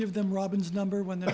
give them robin's number when the